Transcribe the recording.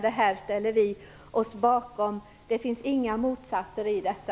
Det här ställer vi oss bakom. Det finns ingen motsättning i detta.